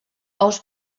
aus